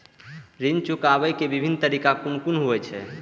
ऋण चुकाबे के विभिन्न तरीका कुन कुन होय छे?